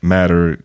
Matter